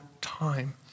time